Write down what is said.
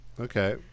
Okay